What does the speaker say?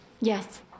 Yes